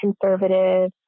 conservative